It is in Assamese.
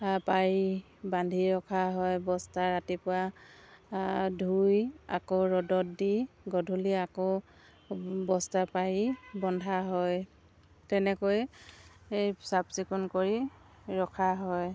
পাৰি বান্ধি ৰখা হয় বস্তা ৰাতিপুৱা ধুই আকৌ ৰ'দত দি গধূলি আকৌ বস্তা পাৰি বন্ধা হয় তেনেকৈ এই চাফ চিকুণ কৰি ৰখা হয়